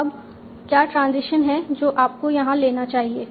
अब क्या ट्रांजिशन है जो आपको यहाँ लेना चाहिए